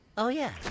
oh yeah.